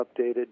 updated